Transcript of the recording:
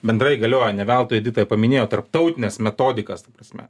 bendrai galioja ne veltui edita paminėjo tarptautines metodikas ta prasme